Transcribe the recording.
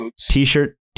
t-shirt